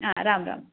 आ राम्राम्